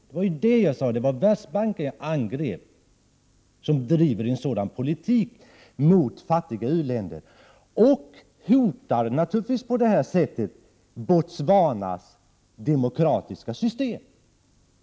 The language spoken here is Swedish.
Vad jag angrep var alltså Världsbanken, som driver en sådan politik mot fattiga u-länder. Man hotar naturligtvis på det sättet Botswanas demokratiska system.